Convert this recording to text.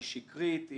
היא שקרית,